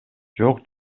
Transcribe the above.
жок